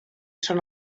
són